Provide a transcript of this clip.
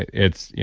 it's, yeah